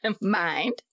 Mind